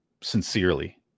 sincerely